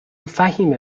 فهیمه